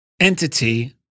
entity